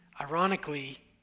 Ironically